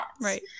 right